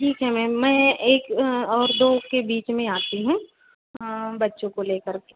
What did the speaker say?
ठीक है मैम मैं एक और दो के बीच में आती हूँ बच्चों को ले कर के